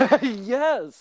Yes